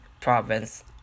province